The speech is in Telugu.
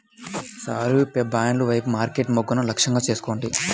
సారూప్య బ్రాండ్ల వైపు మార్కెట్ మొగ్గును లక్ష్యంగా చేసుకోండి